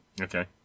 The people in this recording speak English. Okay